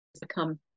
become